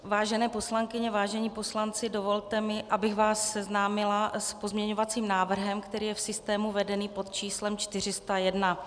Vážené poslankyně, vážení poslanci, dovolte mi, abych vás seznámila s pozměňovacím návrhem, který je v systému vedený pod číslem 401.